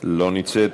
לא נמצאת.